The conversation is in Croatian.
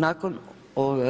Nakon